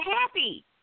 happy